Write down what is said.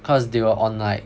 cause they were on like